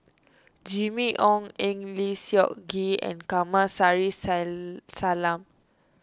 Jimmy Ong Eng Lee Seok Chee and Kamsari Salam